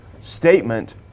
statement